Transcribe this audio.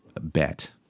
bet